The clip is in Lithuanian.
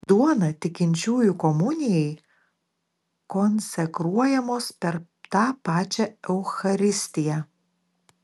duona tikinčiųjų komunijai konsekruojamos per tą pačią eucharistiją